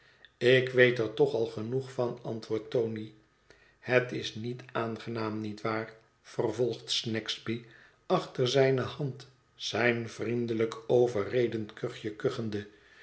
ik weet er toch al genoeg van antwoordt tony het is niet aangenaam niet waar vervolgt snagsby achter zijne hand zijn vriendelijk overredend kuchje